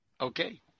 Okay